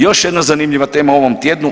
Još jedna zanimljiva tema u ovom tjednu.